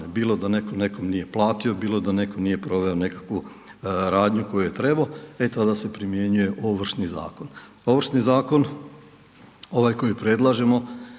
bilo da netko nekom nije platio, bilo da netko nije proveo nekakvu radnju koju je trebao, e tada se primjenjuje Ovršni zakon. Ovršni zakon ovaj oko predlažemo